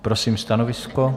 Prosím stanovisko.